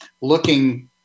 looking